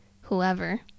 whoever